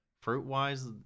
fruit-wise